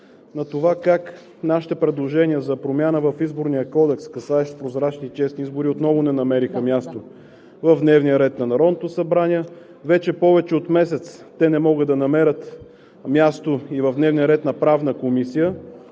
на това как нашите предложения за промяна в Изборния кодекс, касаещ прозрачни и честни избори, отново не намериха място в дневния ред на Народното събрание. Вече повече от месец те не могат да намерят място и в дневния ред на Правната комисия.